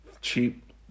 cheap